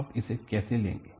आप इसे कैसे लेंगे